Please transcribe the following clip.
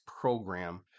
program